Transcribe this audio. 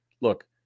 Look